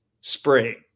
spray